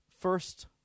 first